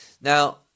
Now